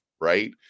right